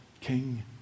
King